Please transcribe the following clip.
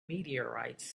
meteorites